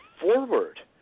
forward